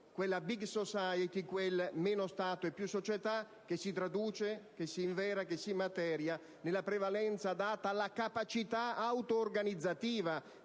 quella *big* *society*, quel meno Stato e più società, che si traduce, si invera e si materializza nella prevalenza data alla capacità autorganizzativa